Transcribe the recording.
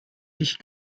ich